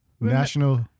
national